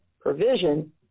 provision